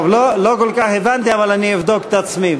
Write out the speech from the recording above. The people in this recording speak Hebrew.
טוב, לא כל כך הבנתי, אבל אני אבדוק את עצמי.